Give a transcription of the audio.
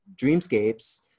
dreamscapes